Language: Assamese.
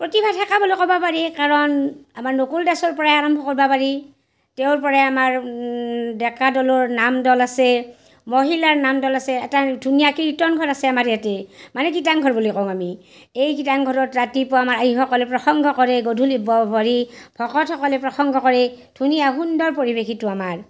প্ৰতিভা থাকা বুলি কবা পাৰি কাৰণ আমাৰ নকুল দাসৰ পৰাই আৰম্ভ কৰবা পাৰি তেওঁৰ পৰাই আমাৰ ডেকা দলৰ নাম দল আছে মহিলাৰ নাম দল আছে এটা ধুনীয়া কীৰ্তন ঘৰ আছে আমাৰ ইয়াতে মানে কীৰ্তান ঘৰ বুলি কওঁ আমি এই কীৰ্তান ঘৰত ৰাতিপুৱা আমাৰ আইসকলে প্ৰসংগ কৰে গধূলি হেৰি ভকতসকলে প্ৰসংগ কৰে ধুনীয়া সুন্দৰ পৰিৱেশ সিটো আমাৰ